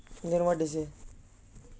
then what they say